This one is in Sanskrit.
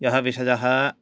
यः विषयः